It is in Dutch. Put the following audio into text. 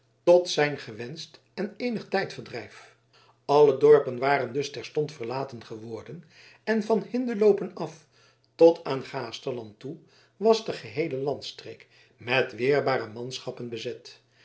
tot zijn gewenscht en eenig tijdverdrijf alle dorpen waren dus terstond verlaten geworden en van hindeloopen af tot aan gaasterland toe was de geheele landstreek met weerbare manschappen bezet